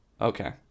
Okay